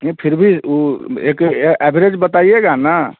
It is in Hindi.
नय फ़िर भी उ एक ए एभरेज बताइएगा न